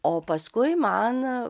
o paskui man